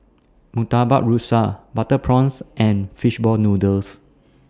Murtabak Rusa Butter Prawns and Fish Ball Noodles